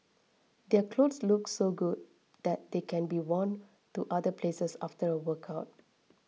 their clothes look so good that they can be worn to other places after a workout